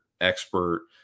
expert